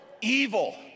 evil